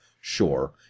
Sure